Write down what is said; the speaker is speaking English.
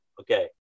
okay